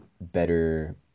better